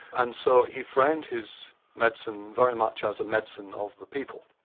and so he framed his medicine very much as a medicine of the people,